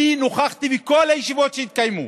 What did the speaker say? אני נכחתי בכל הישיבות שהתקיימו.